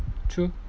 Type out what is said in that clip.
true